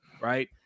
right